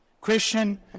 Christian